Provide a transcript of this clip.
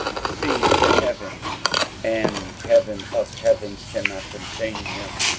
seeing the heaven and heaven of heavens cannot contain him?